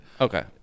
Okay